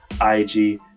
ig